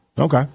Okay